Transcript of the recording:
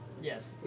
Yes